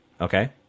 Okay